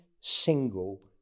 single